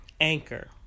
Anchor